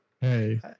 hey